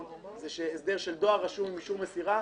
הוא הסדר של דואר רשום עם אישור מסירה,